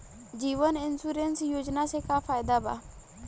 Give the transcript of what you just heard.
जीवन insurance योजना से का फायदा बा?